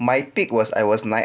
my peak was I was nine